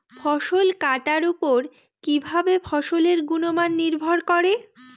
ফসল কাটার উপর কিভাবে ফসলের গুণমান নির্ভর করে?